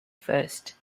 first